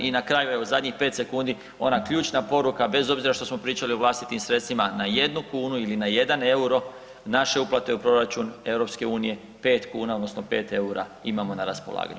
I na kraju evo, zadnjih 5 sekundi, ona ključna poruka, bez obzira što smo pričali o vlastitim sredstvima, na jednu kunu ili na jedan euro, naše uplate u proračun EU, 5 kuna, odnosno 5 eura imamo na raspolaganju.